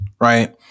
right